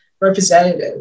representative